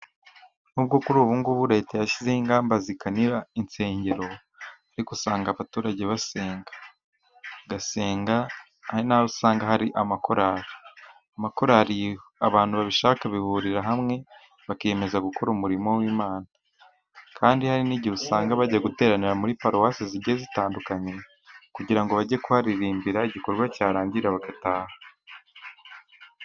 Nk'uko kuri ubu ngubu Leta yashyizeho ingamba zikanira insengero, ariko usanga abaturage basenga, bagasenga. Ari naho usanga hari amakorali; amakorali, abantu babishaka bahurira hamwe, bakiyemeza gukora umurimo w'Imana. Kandi hari n'igihe usanga bajya guteranira muri paruwasi zigiye zitandukanye kugira ngo bajye kuharirimbira. Igikorwa cyarangira, bagataha.